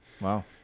Wow